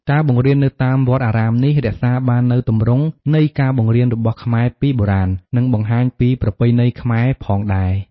ការបង្រៀននៅតាមវត្តអារាមនេះ រក្សាបាននូវទម្រង់នៃការបង្រៀនរបស់ខ្មែរពីបុរាណ និងបង្ហាញពីប្រពៃណីខ្មែរផងដែរ។